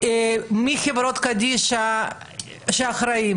מי הן חברות הקדישא שאחראיות,